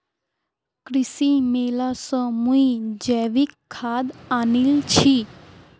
कृषि मेला स मुई जैविक खाद आनील छि